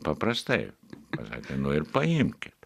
paprastai pasakė nu ir paimkit